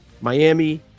Miami